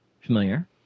familiar